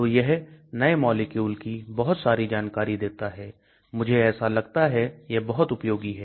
तो यह नए मॉलिक्यूल की बहुत सारी जानकारी देता है मुझे ऐसा लगता है यह बहुत उपयोगी है